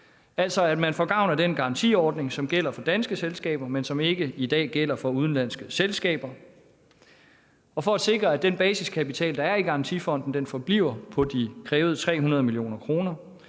altså gavn af den garantiordning, som gælder for danske selskaber, men som ikke i dag gælder for udenlandske selskaber. For at sikre, at den basiskapital, der er i garantifonden, forbliver på de krævede 300 mio. kr.,